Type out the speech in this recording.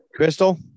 Crystal